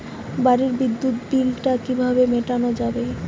বাড়ির বিদ্যুৎ বিল টা কিভাবে মেটানো যাবে?